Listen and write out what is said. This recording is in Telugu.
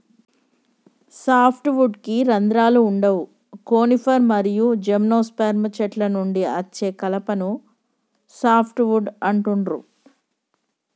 సాఫ్ట్ వుడ్కి రంధ్రాలు వుండవు కోనిఫర్ మరియు జిమ్నోస్పెర్మ్ చెట్ల నుండి అచ్చే కలపను సాఫ్ట్ వుడ్ అంటుండ్రు